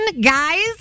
guys